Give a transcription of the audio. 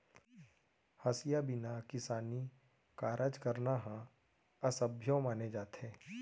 हँसिया बिना किसानी कारज करना ह असभ्यो माने जाथे